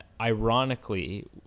Ironically